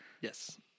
Yes